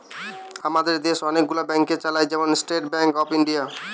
আমাদের দেশ অনেক গুলো ব্যাংক চালায়, যেমন স্টেট ব্যাংক অফ ইন্ডিয়া